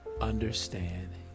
understand